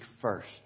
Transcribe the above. first